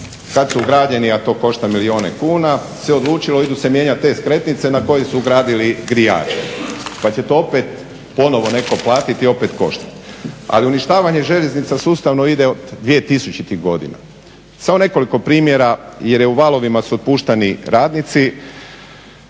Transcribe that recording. kad su ugrađeni, a to košta milijune kuna, se odlučilo idu se mijenjati te skretnice na koje su ugradili grijače pa će to opet ponovo netko platiti, opet košta. Ali uništavanje željeznica sustavno ide od 2000-ih godina. Samo nekoliko primjera jer u valovima su otpuštani radnici,